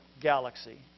galaxy